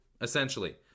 essentially